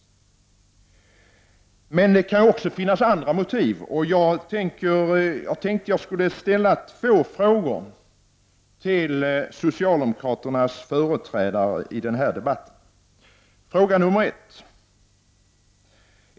Men det kan också finnas andra motiv. Jag tänkte att jag skulle ställa två frågor till socialdemokraternas företrädare i den här debatten.